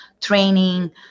training